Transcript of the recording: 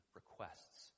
requests